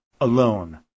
alone